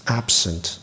absent